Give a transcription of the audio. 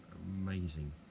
amazing